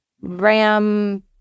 ram